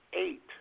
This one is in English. eight